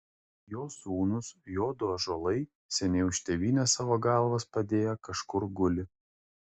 jo sūnūs jo du ąžuolai seniai už tėvynę savo galvas padėję kažkur guli